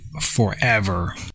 forever